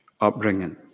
upbringing